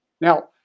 Now